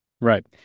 Right